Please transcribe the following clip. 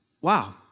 wow